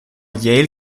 yale